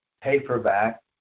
paperback